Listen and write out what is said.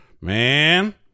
Man